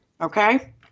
Okay